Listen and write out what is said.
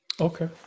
okay